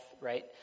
right